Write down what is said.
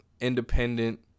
independent